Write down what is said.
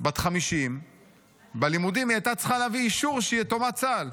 בת 50. בלימודים היא הייתה צריכה להביא אישור שהיא יתומת צה"ל.